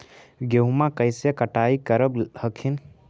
गेहुमा कैसे कटाई करब हखिन?